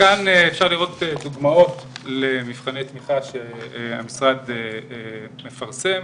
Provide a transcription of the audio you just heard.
כאן אפשר לראות דוגמאות למבחני תמיכה שהמשרד מפרסם.